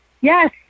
Yes